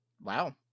Wow